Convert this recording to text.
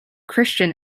christian